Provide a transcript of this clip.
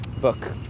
Book